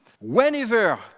Whenever